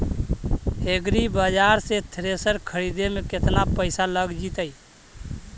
एग्रिबाजार से थ्रेसर खरिदे में केतना पैसा लग जितै?